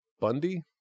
Bundy